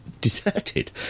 deserted